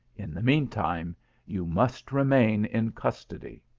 in the mean time you must remain in custody.